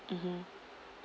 mmhmm